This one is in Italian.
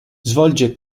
svolge